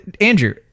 Andrew